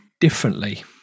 differently